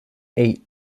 eight